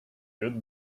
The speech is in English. good